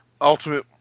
Ultimate